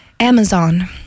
Amazon